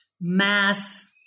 mass